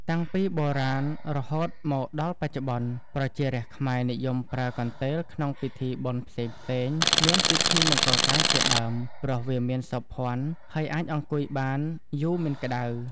តាំងពីបុរាណរហូតមកដល់បច្ចុប្បន្ន ប្រជារាស្ត្រខ្មែរនិយមប្រើកន្ទេលក្នុងពិធីបុណ្យផ្សេងៗ មានពិធីមង្គលការជាដើម ព្រោះវាមានសោភ័ណ ហើយអាចអង្គុយ បានយូរមិនក្តៅ ។